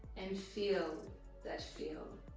and feel that feel.